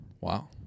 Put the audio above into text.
Wow